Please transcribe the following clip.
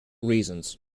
reasons